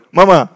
Mama